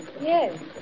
Yes